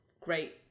great